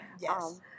Yes